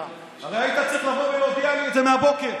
הרי היית צריך לבוא ולהודיע לי את זה מהבוקר,